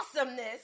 awesomeness